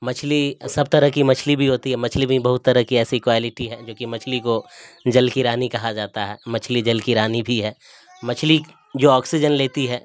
مچھلی سب طرح کی مچھلی بھی ہوتی ہے مچھلی میں بہت طرح کی ایسی کوالٹی ہے جوکہ مچھلی کو جل کی رانی کہا جاتا ہے مچھلی جل کی رانی بھی ہے مچھلی جو آکسیجن لیتی ہے